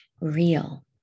real